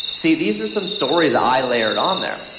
see, these are some stories i layered on there.